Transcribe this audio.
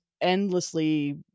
endlessly